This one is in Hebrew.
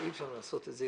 אי אפשר לעשות את זה.